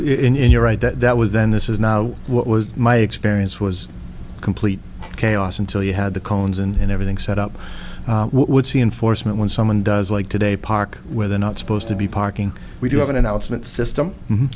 so in you're right that was then this is now what was my experience was complete chaos until you had the cones and everything set up would see enforcement when someone does like today park where the not supposed to be parking we do have an announcement system